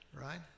right